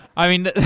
i mean,